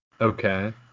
Okay